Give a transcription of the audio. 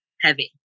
heavy